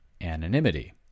anonymity